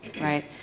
right